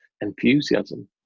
enthusiasm